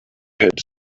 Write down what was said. had